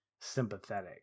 sympathetic